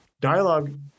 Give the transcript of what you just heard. dialogue